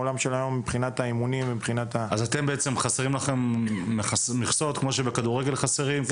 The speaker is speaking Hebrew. אז לכם חסרות מכסות כמו שבכדורגל חסרות.